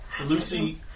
Lucy